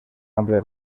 ample